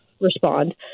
respond